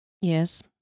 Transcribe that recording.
Yes